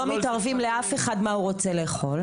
אנחנו לא מתערבים לאף אחד מה הוא רוצה לאכול,